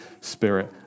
Spirit